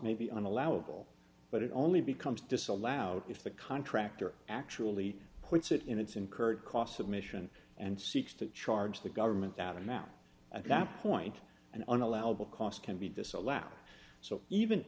maybe an allowable but it only becomes disallowed if the contractor actually puts it in it's incurred cost submission and seeks to charge the government out amount at that point and on allowable cost can be disallowed so even